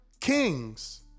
kings